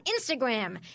Instagram